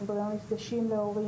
אנחנו מדברים על מפגשים להורים,